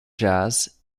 jazz